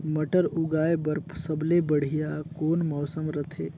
मटर उगाय बर सबले बढ़िया कौन मौसम रथे?